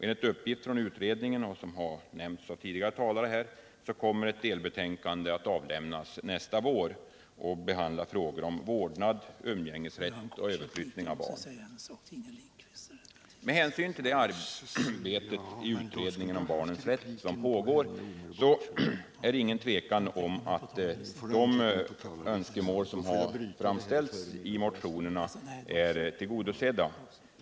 Enligt uppgift från utredningen, och som även nämnts av tidigare talare här, kommer utredningen nästa vår att avge ett delbetänkande som behandlar frågor om vårdnad, umgängesrätt och överflyttning av barn. Med hänsyn till det utredningsarbete om barnens rätt som pågår råder det inget tvivel om att de önskemål som framförts i motionerna är tillgodosedda.